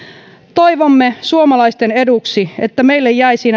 toivomme suomalaisten eduksi että meille jäisi